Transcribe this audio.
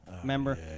Remember